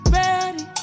ready